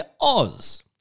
Oz